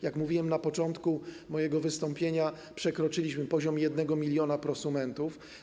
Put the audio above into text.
Jak mówiłem na początku mojego wystąpienia, przekroczyliśmy poziom 1 mln prosumentów.